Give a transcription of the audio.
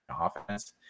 offense